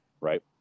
right